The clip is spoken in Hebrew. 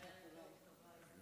לא,